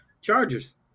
Chargers